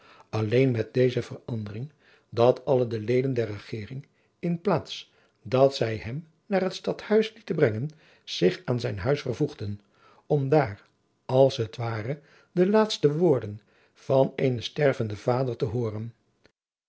alleen met deze verandering dat alle de leden der regering in plaats dat zij hem naar het stadhuis lieten brengen zich aan zijn huis vervoegden om daar als het ware de laatste woorden van eenen stervenden vader te hooren